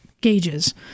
gauges